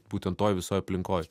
būtent toj visoj aplinkoj